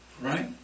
Right